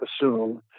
assume